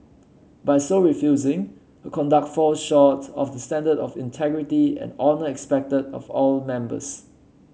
by so refusing her conduct falls short of the standard of integrity and honour expected of all members